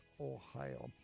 Ohio